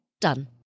Done